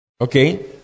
Okay